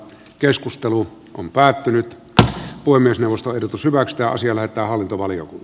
keskustelu on päätynyt voi myös juustoehdotus hyväksytään sillä että hallintovalion